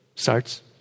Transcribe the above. Starts